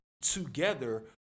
together